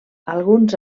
alguns